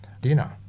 dinner